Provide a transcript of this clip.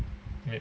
okay